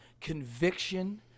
conviction